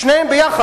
שני הדברים ביחד,